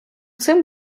цим